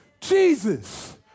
Jesus